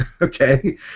okay